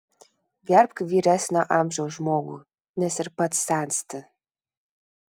gerbk vyresnio amžiaus žmogų nes ir pats sensti